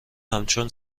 همچون